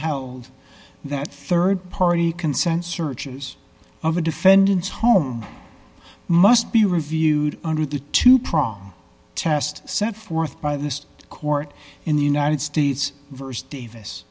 held that rd party consent searches of the defendants home must be reviewed under the two prong test set forth by this court in the united states versus davis